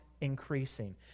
increasing